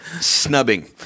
snubbing